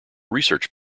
research